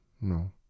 No